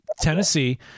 Tennessee